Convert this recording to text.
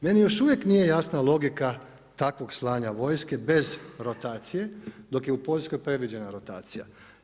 Meni još uvijek nije jasna logika takvog slanja vojske bez rotacije dok je u Poljskoj predviđena rotacija.